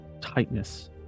tightness